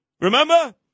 remember